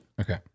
okay